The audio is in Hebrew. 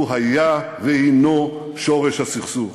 הוא היה והנו שורש הסכסוך.